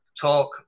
talk